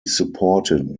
supported